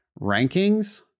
rankings